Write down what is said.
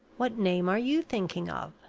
what name are you thinking of?